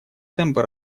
темпы